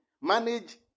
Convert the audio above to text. manage